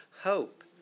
hope